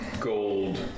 gold